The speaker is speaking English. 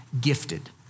gifted